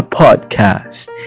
podcast